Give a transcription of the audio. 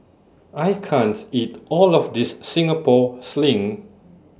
I can't eat All of This Singapore Sling